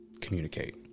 communicate